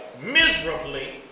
miserably